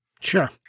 Sure